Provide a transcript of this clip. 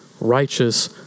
righteous